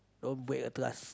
don't break the trust